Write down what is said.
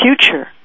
future